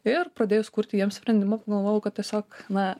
ir pradėjus kurti jiem sprendimą pagalvojau kad tiesiog na